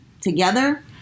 together